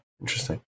interesting